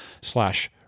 slash